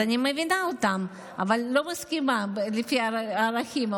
אז אני מבינה אותם אבל לא מסכימה לפי הערכים,